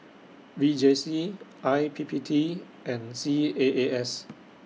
V J C I P P T and C A A S